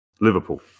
Liverpool